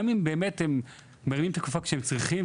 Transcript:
גם אם הם באמת מרימים את הכפפה כשהם צריכים,